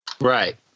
Right